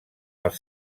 els